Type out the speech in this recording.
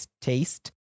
taste